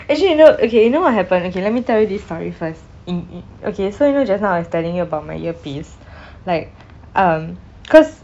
actually you know okay you know what happen okay let me tell you this story first in okay so you know just now I was telling you about my earpiece like um cause